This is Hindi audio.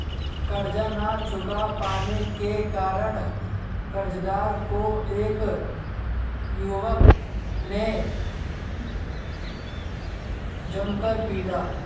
कर्ज ना चुका पाने के कारण, कर्जदार को एक युवक ने जमकर पीटा